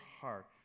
heart